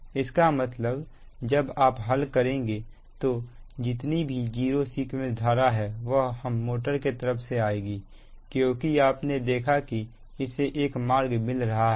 इसका मतलब जब आप हल करेंगे तो जितनी भी जीरो सीक्वेंस धारा है वह हम मोटर के तरफ से आएगी क्योंकि आपने देखा कि इसे एक मार्ग मिल रहा है